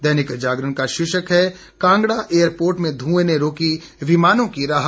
दैनिक जागरण का शीर्षक है कांगड़ा एयरपोर्ट में धुंएं ने रोकी विमानों की राह